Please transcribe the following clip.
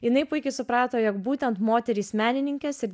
jinai puikiai suprato jog būtent moterys menininkės ir